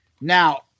Now